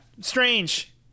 strange